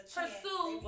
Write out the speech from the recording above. pursue